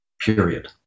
period